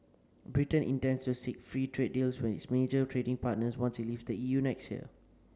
Britain intends to seek free trade deals with its major trading partners once it leaves the E U next year